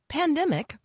pandemic